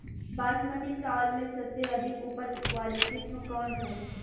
बासमती चावल में सबसे अधिक उपज वाली किस्म कौन है?